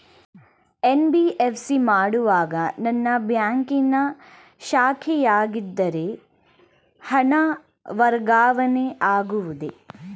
NBFC ಮಾಡುವಾಗ ನನ್ನ ಬ್ಯಾಂಕಿನ ಶಾಖೆಯಾಗಿದ್ದರೆ ಹಣ ವರ್ಗಾವಣೆ ಆಗುವುದೇ?